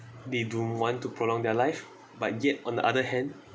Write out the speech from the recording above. they don't want to prolong their life but yet on the other hand